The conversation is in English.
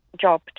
job